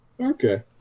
Okay